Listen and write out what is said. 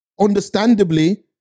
understandably